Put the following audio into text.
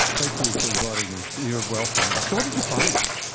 thank you for inviting me. you're welcome. so what did you find?